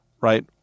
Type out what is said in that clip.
right